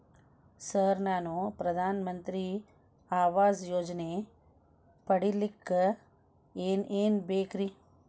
Sir ನಾನು ಪ್ರಧಾನ ಮಂತ್ರಿ ಆವಾಸ್ ಯೋಜನೆ ಪಡಿಯಲ್ಲಿಕ್ಕ್ ಏನ್ ಏನ್ ಬೇಕ್ರಿ?